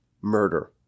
murder